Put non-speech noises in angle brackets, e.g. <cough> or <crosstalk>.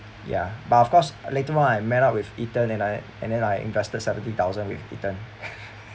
ya but of course later on I met up with ethan and I and then I invested seventy thousand with ethan <laughs>